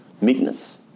meekness